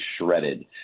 shredded